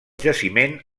jaciment